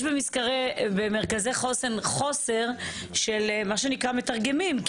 יש במרכזי חוסן חוסר של מה שנקרא מתרגמים.